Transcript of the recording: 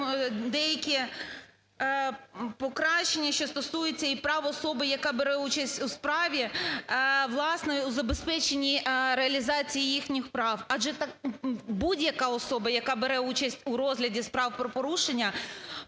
деякі покращання, що стосується і прав особи, яка бере участь у справі, власне, у забезпеченні реалізації їхніх прав. Адже будь-яка особа, яка бере участь у розгляді справ про порушення,